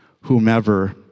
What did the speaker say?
whomever